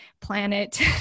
planet